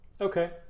Okay